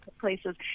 places